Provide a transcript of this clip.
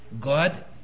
God